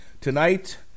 Tonight